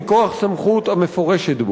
מכוח סמכות המפורשת בו.